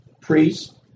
priest